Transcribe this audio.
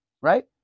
right